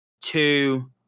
two